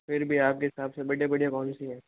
फिर भी आप के हिसाब से बढ़िया बढ़िया कौनसी है